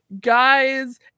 guys